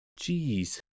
Jeez